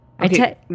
Okay